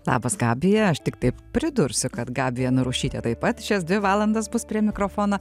labas gabija aš tiktai pridursiu kad gabija narušytė taip pat šias dvi valandas bus prie mikrofono